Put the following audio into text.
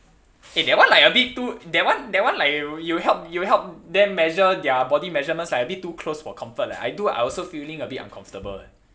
eh that one like a bit too that one that one like you you help you help them measure their body measurements like a bit too close for comfort leh I do I also feeling a bit uncomfortable eh